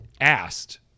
asked